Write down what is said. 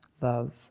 love